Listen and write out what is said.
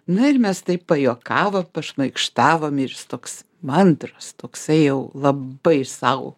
na ir mes taip pajuokavo pašmaikštavo ir jis toks mandras toksai jau labai sau